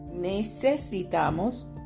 Necesitamos